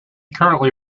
currently